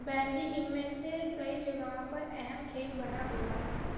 bandy ان میں سے کئی جگہوں پر اہم کھیل بنا ہوا ہے